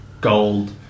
gold